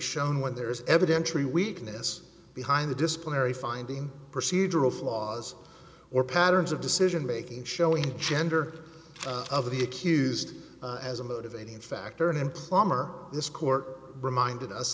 shown when there is evidence tree weakness behind the disciplinary finding procedural flaws or patterns of decision making showing the gender of the accused as a motivating factor an employer this court reminded us